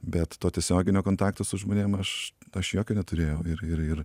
bet to tiesioginio kontakto su žmonėm aš aš jokio neturėjau ir ir ir